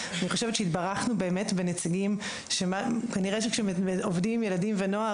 אני חושבת שהתברכנו באמת בנציגים שכנראה שכשעובדים עם ילדים ונוער,